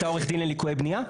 אתה עורך דין לליקויי בנייה?